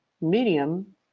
medium